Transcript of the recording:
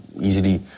easily